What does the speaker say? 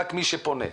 אלא רק מי שפונה אליכם?